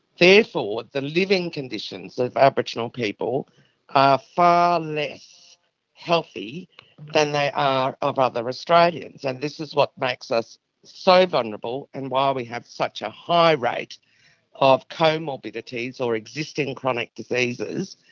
therefore the living conditions of aboriginal people are far less healthy than they are of other australians, and this is what makes us so vulnerable and why we have such a high rate of comorbidities or existing chronic diseases,